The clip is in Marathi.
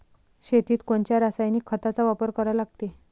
शेतीत कोनच्या रासायनिक खताचा वापर करा लागते?